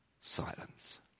Silence